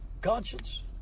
conscience